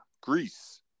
Greece